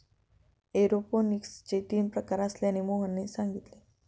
एरोपोनिक्सचे तीन प्रकार असल्याचे मोहनने सांगितले